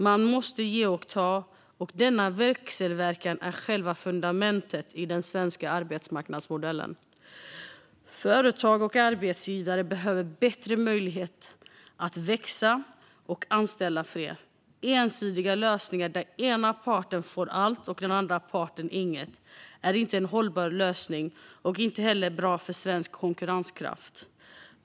Man måste ge och ta, och denna växelverkan är själva fundamentet i den svenska arbetsmarknadsmodellen. Företag och arbetsgivare behöver bättre möjlighet att växa och anställa fler. Ensidiga lösningar där den ena parten får allt och den andra parten inget är inte en hållbar lösning och inte heller bra för svensk konkurrenskraft.